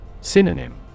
Synonym